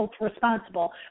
responsible